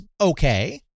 okay